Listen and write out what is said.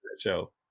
show